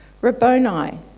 Rabboni